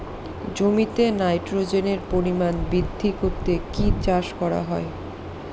জমিতে নাইট্রোজেনের পরিমাণ বৃদ্ধি করতে কি চাষ করা হয়?